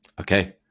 okay